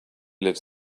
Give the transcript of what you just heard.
lives